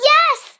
Yes